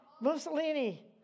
Mussolini